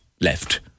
left